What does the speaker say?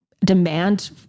demand